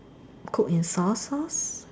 cook in soy sauce